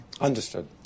Understood